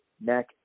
neck